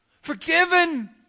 forgiven